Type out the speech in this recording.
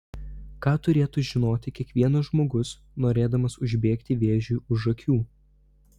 ką turėtų žinoti kiekvienas žmogus norėdamas užbėgti vėžiui už akių